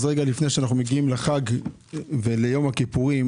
אז רגע לפני שאנחנו מגיעים לחג וליום הכיפורים